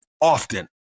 often